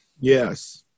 Yes